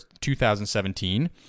2017